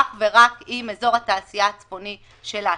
אך ורק עם אזור התעשייה הצפוני של אשקלון.